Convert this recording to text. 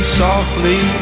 softly